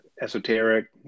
esoteric